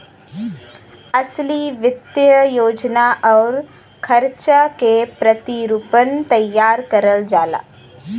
असली वित्तीय योजना आउर खर्चा के प्रतिरूपण तैयार करल जाला